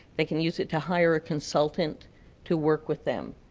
they can use it to hire a consultant to work with them.